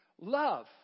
Love